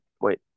Wait